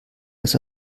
dass